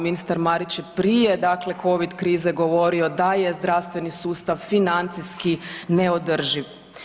Ministar Marić je prije covid krize govorio da je zdravstveni sustav financijski neodrživ.